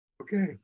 Okay